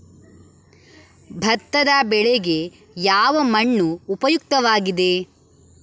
ಭತ್ತದ ಬೆಳೆಗೆ ಯಾವ ಮಣ್ಣು ಉಪಯುಕ್ತವಾಗಿದೆ?